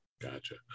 Gotcha